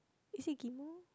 is it Ghim-moh